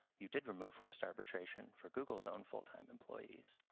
you did remove forced arbitration for google's own full-time employees,